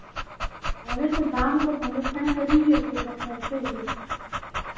अरे तो दाम तो पहले तय करेंगे कि बस ऐसे ही